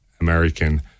american